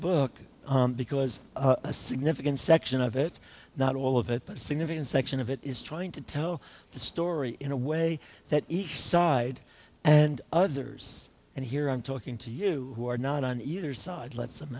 book because a significant section of it not all of it but a significant section of it is trying to tell the story in a way that each side and others and here i'm talking to you who are not on either side let